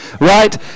Right